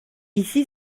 ici